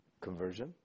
conversion